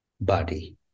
body